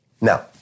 Now